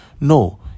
no